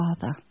father